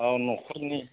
औ नखरनि